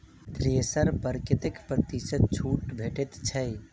Thresher पर कतै प्रतिशत छूट भेटय छै?